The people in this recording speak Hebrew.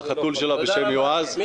על